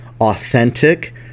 authentic